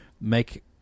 make